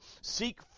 seek